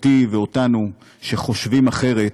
אותי ואותנו שחושבים אחרת,